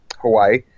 Hawaii